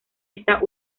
esta